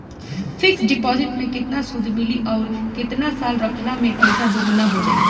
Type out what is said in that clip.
Fix deposit मे केतना सूद मिली आउर केतना साल रखला मे पैसा दोगुना हो जायी?